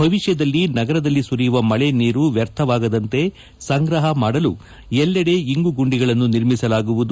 ಭವಿಷ್ಯದಲ್ಲಿ ನಗರದಲ್ಲಿ ಸುರಿಯುವ ಮಳೆ ನೀರು ವ್ಯರ್ಥವಾಗದಂತೆ ಸಂಗ್ರಹ ಮಾಡಲು ಎಲ್ಲೆಡೆ ಇಂಗು ಗುಂಡಿಗಳನ್ನು ನಿರ್ಮಿಸಲಾಗುವುದು